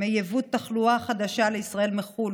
מיבוא תחלואה חדשה לישראל מחו"ל,